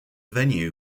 venue